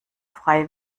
frei